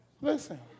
Listen